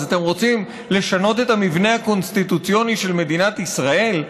אז אתם רוצים לשנות את המבנה הקונסטיטוציוני של מדינת ישראל?